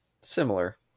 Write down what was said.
Similar